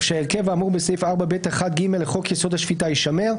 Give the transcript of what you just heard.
שההרכב האמור בסעיף 4(ב)(1)(ג) לחוק יסוד: השפיטה יישמר,